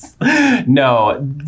No